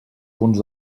punts